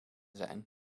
zijn